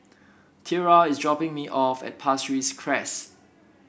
Tiera is dropping me off at Pasir Ris Crest